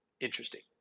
Interesting